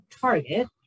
target